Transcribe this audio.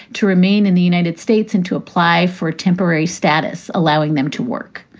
to remain in the united states and to apply for temporary status, allowing them to work.